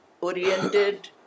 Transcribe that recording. oriented